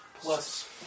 Plus